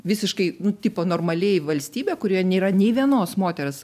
visiškai nu tipo normaliai valstybė kurioje nėra nei vienos moters